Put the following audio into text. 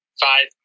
five